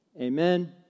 Amen